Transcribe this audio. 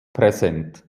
präsent